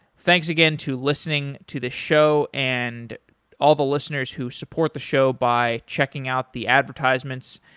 thanks again to listening to the show and all the listeners who support the show by checking out the advertisements,